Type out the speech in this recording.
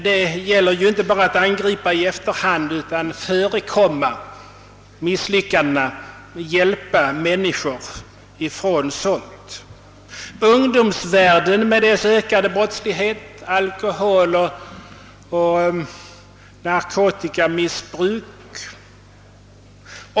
Det gäller ju inte bara att angripa i efterhand, utan det gäller att förekomma misslyckanden. Det gäller ungdomsvärlden med dess ökande brottslighet, alkoholoch narkotikamissbruk.